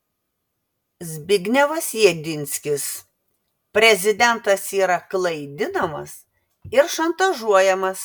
zbignevas jedinskis prezidentas yra klaidinamas ir šantažuojamas